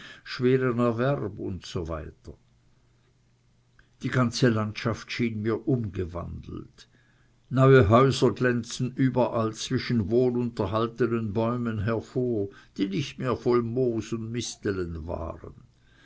schweren erwerb usw die ganze landschaft schien mir umgewandelt neue häuser glänzten überall zwischen wohlunterhaltenen bäumen hervor die nicht mehr voll moos und misteln waren